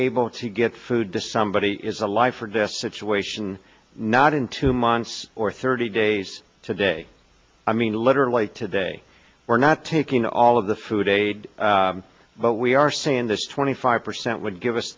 able to get food to somebody is a life or death situation not in two months or thirty days today i mean literally today we're not taking all of the food aid but we are saying this twenty five percent would give us